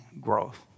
growth